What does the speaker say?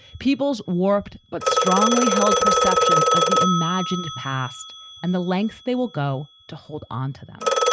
people's warped but strongly held perceptions of the imagined past and the lengths they will go to hold onto them.